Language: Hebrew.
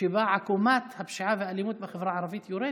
שבה עקומת הפשיעה והאלימות בחברה הערבית יורדת.